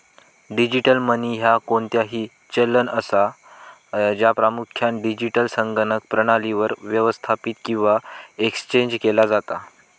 digital money ह्या कोणताही चलन असा, ज्या प्रामुख्यान डिजिटल संगणक प्रणालीवर व्यवस्थापित किंवा एक्सचेंज केला जाता